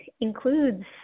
includes